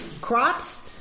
crops